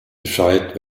bescheid